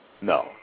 No